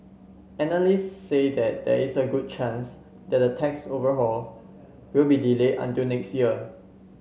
analysts say that there is a good chance that the tax overhaul will be delayed until next year